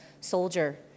soldier